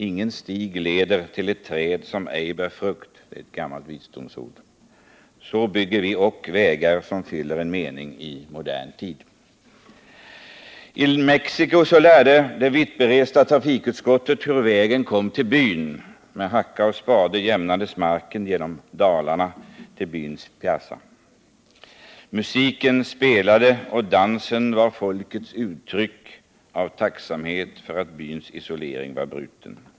”Ingen stig leder till ett träd som ej bär frukt” , är ett gammalt visdomsord. Så bygger ock vi vägar som fyller en mening i modern tid. I Mexico lärde det vittberesta trafikutskottet hur vägen kom till byn. Med hacka och spade jämnades marken genom dalarna till byns piazza. Musiken spelade, och dansen var folkets uttryck för tacksamhet över att byns isolering var bruten.